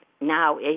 now